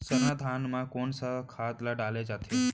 सरना धान म कोन सा खाद ला डाले जाथे?